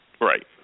Right